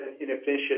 inefficient